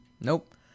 Nope